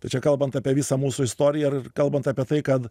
tai čia kalbant apie visą mūsų istoriją ir kalbant apie tai kad